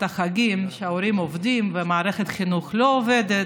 החגים כאשר ההורים עובדים ומערכת החינוך לא עובדת.